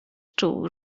czuł